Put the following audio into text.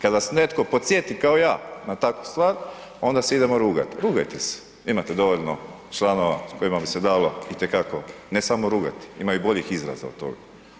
Kad vas netko podsjeti kao ja na takvu stvar onda se idemo rugati, rugajte se, imate dovoljno članova s kojima bi se dalo itekako ne samo rugati ima i boljih izraza od toga.